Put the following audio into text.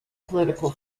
political